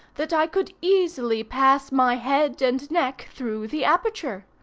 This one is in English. that i could easily pass my head and neck through the aperture.